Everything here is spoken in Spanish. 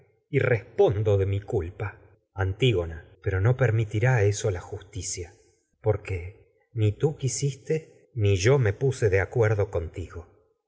ella tengo de mi culpa antígona pero no permitirá puse eso la justicia por que ni tú quisiste ni yo me de acuerdo contigo